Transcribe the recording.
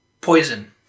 Poison